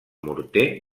morter